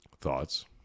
thoughts